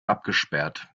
abgesperrt